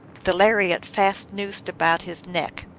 the lariat fast noosed about his neck.